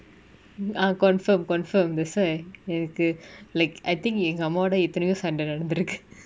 ah confirm confirm that's why எனக்கு:enaku like I think எங்க அம்மாவோட எத்தனயோ சண்ட நடந்திருக்கு:enga ammavoda ethanayo sanda nadanthiruku